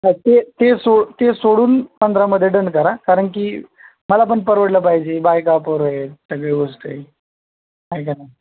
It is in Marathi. हां ते ते सोड ते सोडून पंधरामध्ये डन करा कारण की मला पण परवडलं पाहिजे बायका पोरं आहेत आहे का नाही